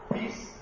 Peace